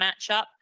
matchup